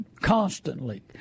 constantly